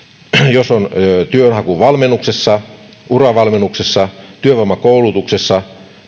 jos on työnhakuvalmennuksessa uravalmennuksessa työvoimakoulutuksessa